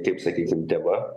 kaip sakykim tema